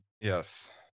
Yes